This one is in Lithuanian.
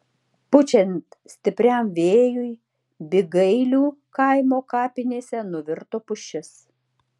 pučiant stipriam vėjui bygailių kaimo kapinėse nuvirto pušis